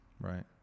right